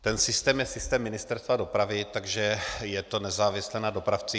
Ten systém je systém Ministerstva dopravy, takže je to nezávislé na dopravcích.